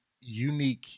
unique